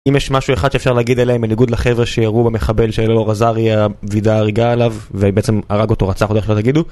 אם יש משהו אחד שאפשר להגיד עליהם בניגוד לחבר'ה שירו במחבל שאלאור עזריה וידא הריגה עליו והיא בעצם הרג אותו, רצח אותו איך שאתה תגידו